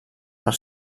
per